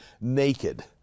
naked